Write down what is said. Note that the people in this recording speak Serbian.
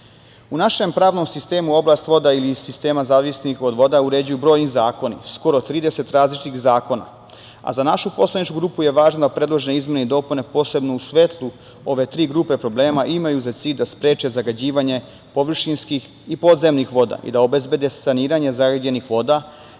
našem pravnom sistemu oblast voda ili sistema zavisnih od voda uređuju brojni zakoni, skoro 30 različitih zakona, a za našu poslaničku grupu je važno da predložene izmene i dopune, posebno u svetlu ove tri grupe problema, imaju za cilj da spreče zagađivanje površinskih i podzemnih voda i da obezbede saniranje zagađenih voda,